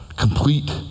complete